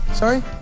Sorry